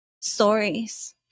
stories